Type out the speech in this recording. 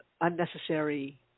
unnecessary